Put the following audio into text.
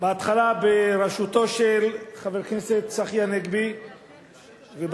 בהתחלה בראשותו של חבר הכנסת צחי הנגבי ובתקופה